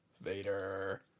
Vader